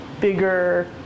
bigger